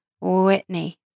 Whitney